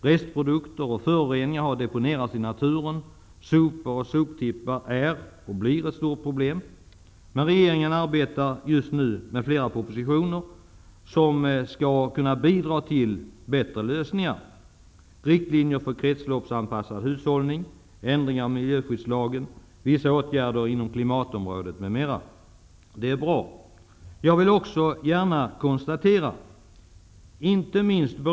Restprodukter och föroreningar har deponerats i naturen. Sopor och soptippar är och förblir ett stort problem. Regeringen arbetar just nu på flera propositioner som skall kunna bidra till bättre lösningar. Det gäller riktlinjer för kretsloppsanpassad hushållning, ändringar i miljöskyddslagen, vissa åtgärder på klimatområdet, m m.